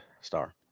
star